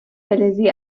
فلزی